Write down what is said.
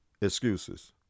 excuses